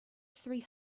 three